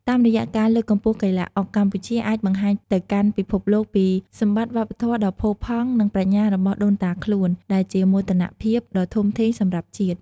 តាមរយៈការលើកកម្ពស់កីឡាអុក កម្ពុជាអាចបង្ហាញទៅកាន់ពិភពលោកពីសម្បត្តិវប្បធម៌ដ៏ផូរផង់ និងប្រាជ្ញារបស់ដូនតាខ្លួន ដែលជាមោទនភាពដ៏ធំធេងសម្រាប់ជាតិ។